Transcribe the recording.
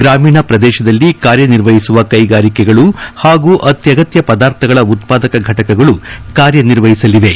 ಗ್ರಾಮೀಣ ಪ್ರದೇಶದಲ್ಲಿ ಕಾರ್ಯ ನಿರ್ವಹಿಸುವ ಕೈಗಾರಿಕೆಗಳು ಹಾಗೂ ಅತ್ಯಗತ್ಯ ಪದಾರ್ಥಗಳ ಉತ್ಪಾದಕ ಫಟಕಗಳು ಕಾರ್ಯ ನಿರ್ವಹಿಸಲಿವೆ